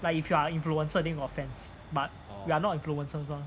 but if you are a influencer then got fans but we're not influences lor